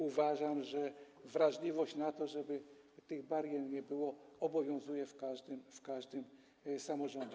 Uważam, że wrażliwość na to, żeby tych barier nie było, obowiązuje w każdym samorządzie.